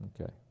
Okay